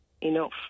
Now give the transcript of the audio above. enough